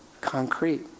concrete